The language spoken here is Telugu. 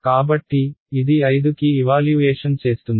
కాబట్టి ఇది 5 కి ఇవాల్యూయేషన్ చేస్తుంది